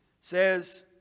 Says